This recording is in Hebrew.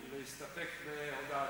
להסתפק בהודעתי.